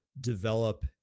develop